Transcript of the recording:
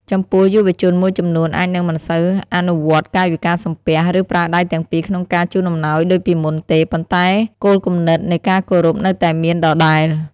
ចំពោះ យុវជនមួយចំនួនអាចនឹងមិនសូវអនុវត្តន៍កាយវិការសំពះ ឬប្រើដៃទាំងពីរក្នុងការជូនអំណោយដូចពីមុនទេ ប៉ុន្តែគោលគំនិតនៃការគោរពនៅតែមានដដែល។